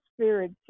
spirit